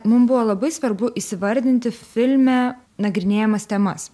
mum buvo labai svarbu įsivardinti filme nagrinėjamas temas